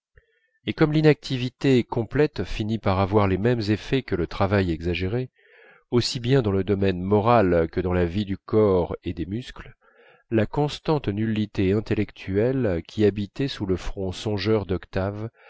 et comme l'inactivité complète finit par avoir les mêmes effets que le travail exagéré aussi bien dans le domaine moral que dans la vie du corps et des muscles la constante nullité intellectuelle qui habitait sous le front songeur d'octave